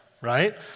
right